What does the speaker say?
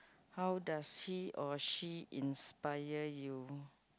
how does he or she inspire you